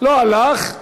לא הלך,